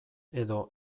edo